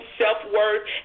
self-worth